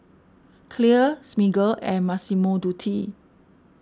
Clear Smiggle and Massimo Dutti